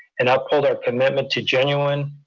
and uphold our commitment to genuine,